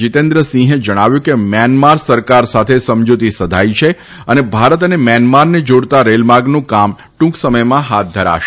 જીતેન્દ્રસિંહે જણાવ્યું હતું કે મ્યાનમાર સરકાર સાથે સમજૂતી સધાઇ છે અને ભારત અને મ્યાનમારને જોડતા રેલમાર્ગનું કામ ટ્રંક સમયમાં હાથ ધરાશે